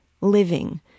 living